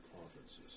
conferences